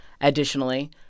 Additionally